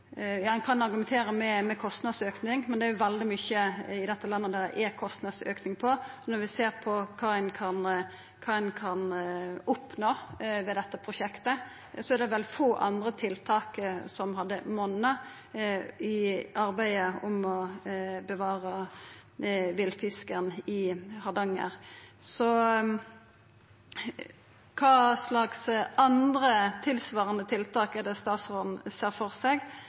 veldig mykje i dette landet det er kostnadsauke på. Når vi ser kva ein kan oppnå med dette prosjektet, er det vel få andre tiltak som hadde monna i arbeidet med å bevara villfisken i Hardanger. Kva slags andre tilsvarande tiltak er det statsråden ser føre seg